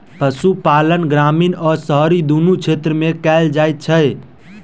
पशुपालन ग्रामीण आ शहरी दुनू क्षेत्र मे कयल जाइत छै